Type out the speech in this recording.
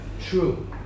true